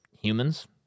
humans